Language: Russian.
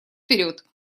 вперед